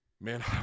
man